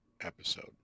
episode